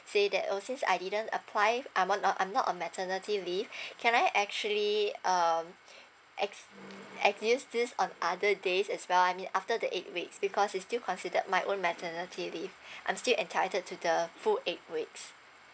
say that orh since I didn't apply I'm on uh I'm not uh maternity leave can I actually um ex~ excuse this on other days as well I mean after the eight weeks because it's still considered my own maternity leave I'm still entitled to the full eight weeks